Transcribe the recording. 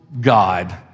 God